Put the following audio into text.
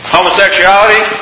Homosexuality